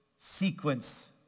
sequence